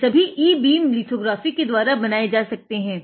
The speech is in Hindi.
ये सभी ई बीम लिथोग्राफी के द्वारा बनाये जा सकते हैं